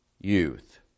youth